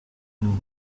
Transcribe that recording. nous